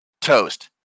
toast